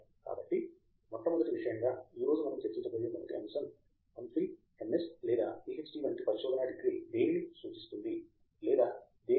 కాబట్టి మొట్ట మొదటి విషయంగా ఈ రోజు మనం చర్చించబోయే మొదటి అంశం ఎంఫిల్ ఎంఎస్ లేదా పిహెచ్డి వంటి పరిశోధనా డిగ్రీ దేనిని సూచిస్తుంది లేదా దేనికి ప్రాతినిధ్యం వహిస్తుంది